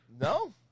No